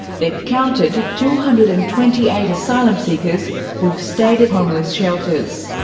they've counted two hundred and twenty eight asylum seekers who've stayed at homeless shelters.